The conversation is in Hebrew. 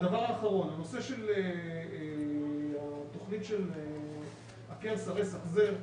הדבר האחרון, הנושא של התכנית "עקר, סרס, החזר"